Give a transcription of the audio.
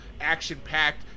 action-packed